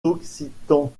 occitan